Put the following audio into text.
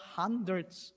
hundreds